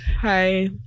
Hi